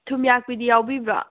ꯊꯨꯝꯌꯥꯛꯄꯤꯗꯤ ꯌꯥꯎꯕꯤꯕ꯭ꯔꯣ